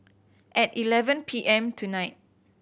at eleven P M tonight